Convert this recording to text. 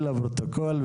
האוצר,